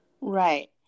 Right